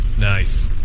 Nice